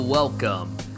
Welcome